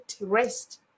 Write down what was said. rest